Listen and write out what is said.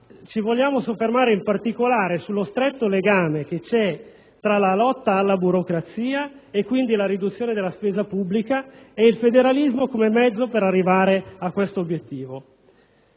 Ci vogliamo soffermare in particolare sullo stretto legame che c'è tra la lotta alla burocrazia e, quindi, la riduzione della spesa pubblica, e il federalismo come mezzo per arrivare a tale obiettivo.